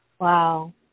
Wow